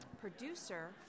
producer